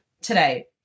today